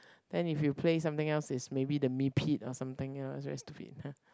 then if you play something else is maybe the meepit or something else very stupid